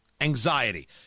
Anxiety